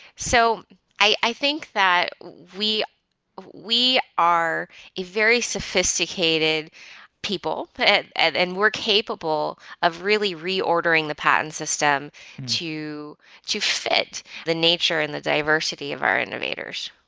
so i i think that we we are a very sophisticated people and and we're capable of really reordering the patent system to to fit the nature and the diversity of our innovators.